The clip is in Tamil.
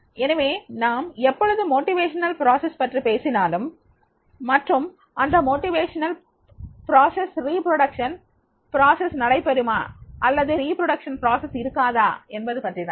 எனவே நாம் எப்பொழுது ஊக்கமளிக்கும்செயல்முறை பற்றி பேசினாலும் மற்றும் இந்த ஊக்கமளிக்கும் செயல்முறை மீண்டும் செய்யும் முறை நடைபெறுமா அல்லது மீண்டும் செய்யும் முறை இருக்காதா என்பது பற்றி தான்